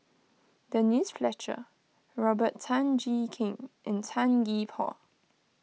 Denise Fletcher Robert Tan Jee Keng and Tan Gee Paw